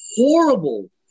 horrible